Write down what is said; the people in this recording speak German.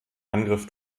angriff